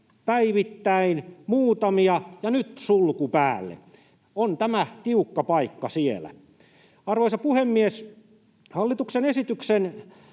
päivittäin — muutamia — ja nyt sulku päälle. On tämä tiukka paikka siellä. Arvoisa puhemies! Hallituksen esityksen